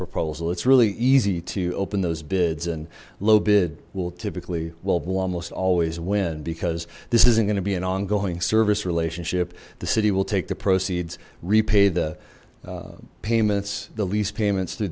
proposal it's really easy to open those bids and low bid will typically well will almost always win because this isn't going to be an ongoing service relationship the city will take the proceeds repay the payments the lease payments through